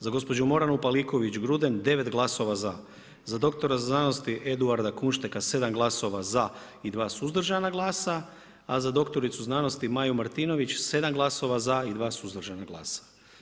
Za gospođu Moranu Paliković Gruden 9 glasova za, za dr.sc. Eduarda Kunšteka 7 glasova za i 2 suzdržana glasa a za dr.sc. Maju Martinović 7 glasova za i 2 suzdržana glasa.